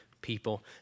people